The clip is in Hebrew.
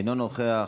אינו נוכח,